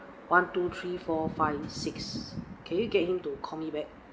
one two three four five six can you get him to call me back